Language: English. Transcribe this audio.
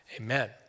amen